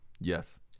Yes